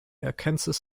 arkansas